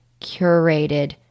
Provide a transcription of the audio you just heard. curated